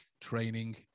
training